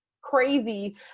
crazy